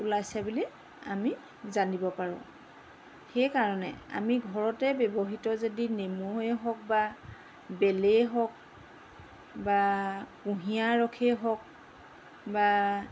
ওলাইছে বুলি আমি জানিব পাৰোঁ সেইকাৰণে আমি ঘৰতেই ব্যৱহৃত যদি নেমুৱেই হওক বা বেলেই হওক বা কুঁহিয়াৰ ৰসেই হওক বা